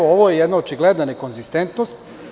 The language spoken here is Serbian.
Ovo je jedna očigledna nekoegzistentnost.